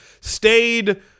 stayed